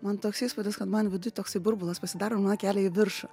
man toks įspūdis kad man viduj toksai burbulas pasidaro ir mane kelia į viršų